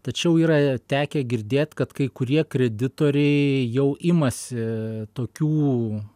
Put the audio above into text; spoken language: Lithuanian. tačiau yra tekę girdėt kad kai kurie kreditoriai jau imasi tokių